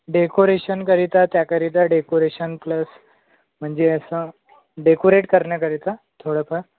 डेकोरेशनकरिता त्याकरिता decoration plus म्हणजे असं डेकोरेट करण्याकरिता थोडंफार